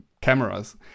cameras